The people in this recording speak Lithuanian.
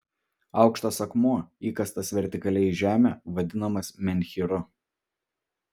aukštas akmuo įkastas vertikaliai į žemę vadinamas menhyru